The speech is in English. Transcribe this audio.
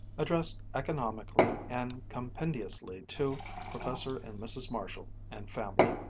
addressed economically and compendiously to professor and mrs. marshall and family.